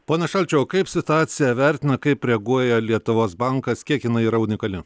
ponas šalčiau kaip situaciją vertina kaip reaguoja lietuvos bankas kiek jinai yra unikali